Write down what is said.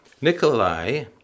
Nikolai